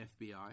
FBI